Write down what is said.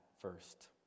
first